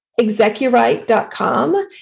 execurite.com